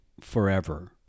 forever